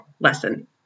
lesson